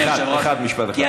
80,000 דרוזים.